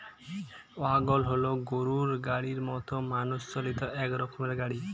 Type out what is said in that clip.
wagon হল গরুর গাড়ির মতো মানুষ চালিত এক রকমের গাড়ি